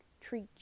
treat